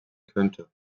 könnte